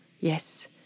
yes